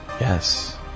yes